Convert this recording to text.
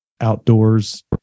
outdoors